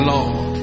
Lord